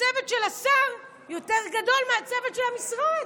הצוות של השר יותר גדול מהצוות של המשרד.